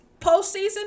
postseason